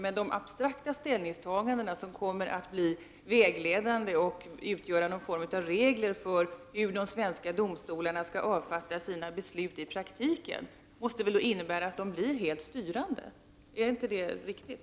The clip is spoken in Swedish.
Men att dessa abstrakta ställningstaganden kommer att bli vägledande och utgöra någon form av regler för hur de svenska domstolarna skall avfatta sina beslut i praktiken måste väl innebära att de blir helt styrande? Är inte det riktigt?